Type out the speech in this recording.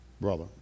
brother